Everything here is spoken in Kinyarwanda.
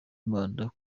manda